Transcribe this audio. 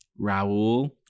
Raul